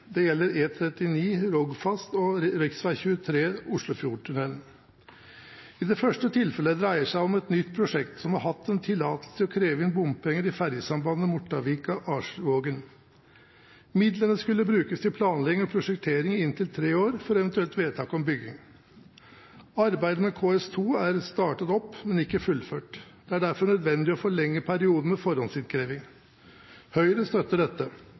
Det gjelder E39 Rogfast og rv. 23 Oslofjordforbindelsen. I det første tilfellet dreier det seg om et nytt prosjekt som har hatt en tillatelse til å kreve inn bompenger i ferjesambandet Mortavika–Arsvågen. Midlene skulle brukes til planlegging og prosjektering i inntil 3 år før eventuelt vedtak om bygging. Arbeidet med KS2 er startet opp, men ikke fullført. Det er derfor nødvendig å forlenge perioden med forhåndsinnkreving. Høyre støtter dette.